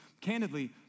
candidly